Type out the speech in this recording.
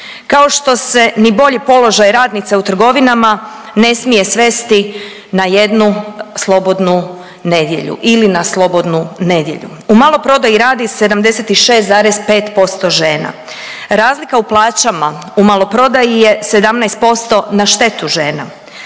kao što se ni bolji položaj radnica u trgovinama ne smije svesti na jednu slobodnu nedjelju ili na slobodnu nedjelju. U maloprodaju radi 76,5% žena. Razlika u plaćama u maloprodaji je 17% na štetu žena.